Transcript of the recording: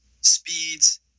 speeds